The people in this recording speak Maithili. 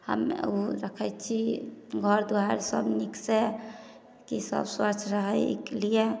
हमे ओ रखै छी घर दुआर सभ नीकसे कि सब स्वच्छ रहै एहिके लिए